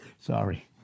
Sorry